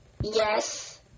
Yes